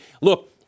Look